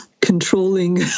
controlling